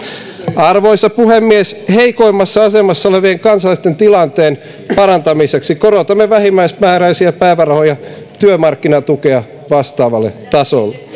arvoisa puhemies heikoimmassa asemassa olevien kansalaisten tilanteen parantamiseksi korotamme vähimmäismääräisiä päivärahoja työmarkkinatukea vastaavalle tasolle